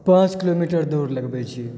पाँच किलोमीटर दौड़ लगबै छी